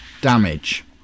damage